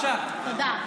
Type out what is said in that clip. תודה.